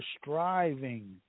striving